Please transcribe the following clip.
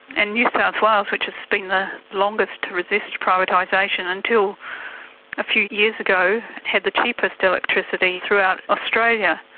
and new south wales which has been the longest to resist privatisation until a few years ago had the cheapest electricity throughout australia.